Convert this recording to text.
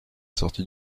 sortie